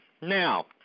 now